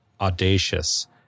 audacious